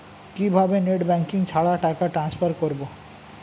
কিভাবে net banking ছাড়া টাকা টান্সফার করব?